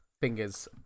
fingers